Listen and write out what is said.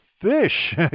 fish